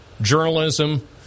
journalism